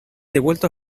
devuelto